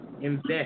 Invest